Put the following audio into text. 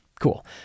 Cool